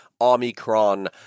omicron